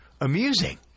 amusing